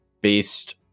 based